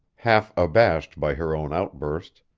half abashed by her own outburst,